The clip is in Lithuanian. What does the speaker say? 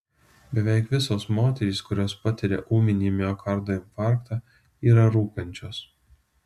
beveik visos moterys kurios patiria ūminį miokardo infarktą yra rūkančios